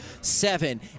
seven